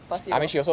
basketball